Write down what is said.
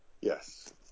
yes